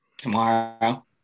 tomorrow